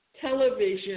television